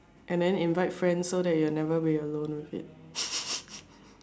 and then invite friends so that you will never be alone with it